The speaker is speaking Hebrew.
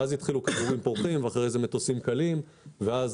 אז התחילו כדורים פורחים ואחרי זה מטוסים קלים ואז